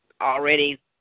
already